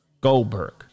Goldberg